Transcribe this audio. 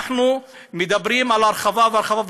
אנחנו מדברים על הרחבה והרחבה,